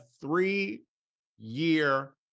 three-year